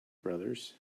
brothers